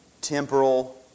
temporal